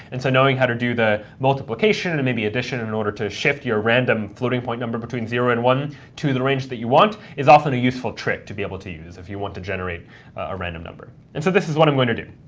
and so knowing how to do the multiplication and maybe addition in order to shift your random floating point number between zero and one to the range that you want is often a useful trick to be able to use if you want to generate a random number. and so this is what i'm going to do.